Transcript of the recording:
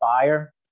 fire